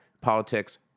politics